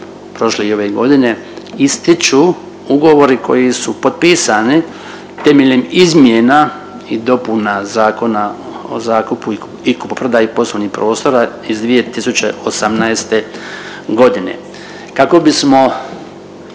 prošle i ove godine ističu ugovori koji su potpisani temeljem izmjena i dopuna Zakona o zakupu i kupoprodaji poslovnih prostora iz 2018. godine. Kako bismo